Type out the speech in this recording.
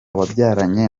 wabyaranye